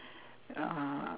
uh